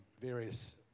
various